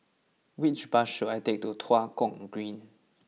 which bus should I take to Tua Kong Green